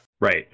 Right